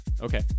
okay